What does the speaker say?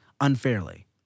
unfairly